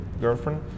girlfriend